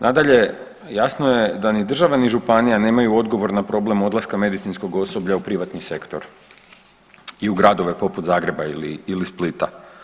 Nadalje jasno je da ni država ni županija nemaju odgovor na problem odlaska medicinskog osoblja u privatni sektor i u gradove poput Zagreba ili Splita.